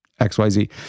XYZ